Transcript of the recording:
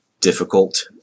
difficult